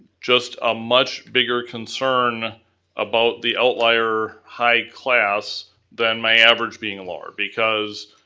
just a much bigger concern about the outlier high class than my average being lower because